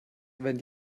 wenn